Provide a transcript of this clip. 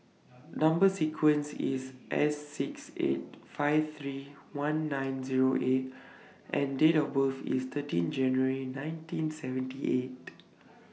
Number sequence IS S six eight five three one nine Zero A and Date of birth IS thirteen January nineteen seventy eight